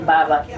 Baba